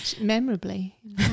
Memorably